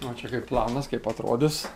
va čia kaip planas kaip atrodys